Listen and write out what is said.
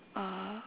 uh